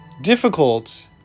difficult